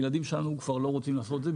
הילדים שלנו כבר לא רוצים לעשות את זה,